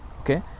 okay